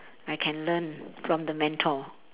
I can learn from the mentor